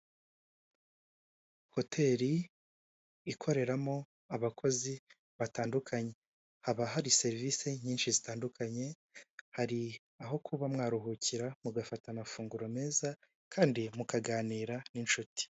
Hoteli ikoreramo abakozi batandukanye haba hari serivisi nyinshi zitandukanye hari aho kuba mwaruhukira mugafata amafunguro meza kandi mukaganira n'inshuti.